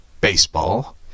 baseball